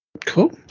Cool